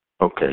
Okay